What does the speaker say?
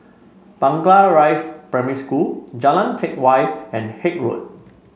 Blangah Rise Primary School Jalan Teck Whye and Haig Road